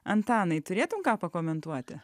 antanai turėtum ką pakomentuoti